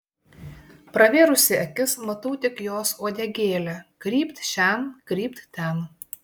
pravėrusi akis matau tik jos uodegėlę krypt šen krypt ten